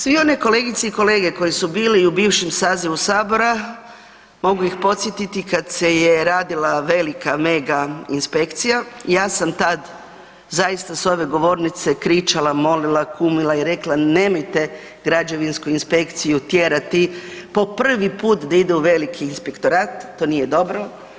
Sve one kolegice i kolege koji su bili u bivšem sazivu sabora mogu ih podsjetiti kad se je radila velika mega inspekcija ja sam tad zaista s ove govornice kričala, molila, kumila i rekla nemojte građevinsku inspekciju tjerati po prvi put da ide u veliki inspektorat, to nije dobro.